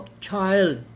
child